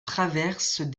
traverse